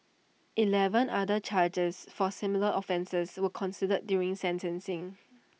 Eleven other charges for similar offences were considered during sentencing